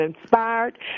inspired